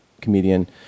comedian